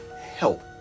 help